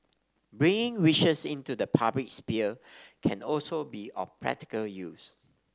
bringing wishes into the public sphere can also be of practical use